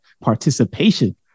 participation